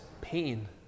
pain